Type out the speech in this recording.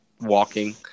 walking